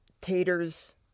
taters